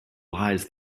lies